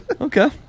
Okay